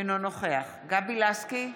אינו נוכח גבי לסקי,